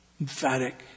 emphatic